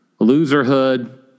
loserhood